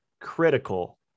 critical